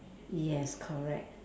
yes correct